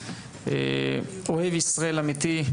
אוהב ישראל אמיתי,